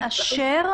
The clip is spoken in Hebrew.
מי מאשר,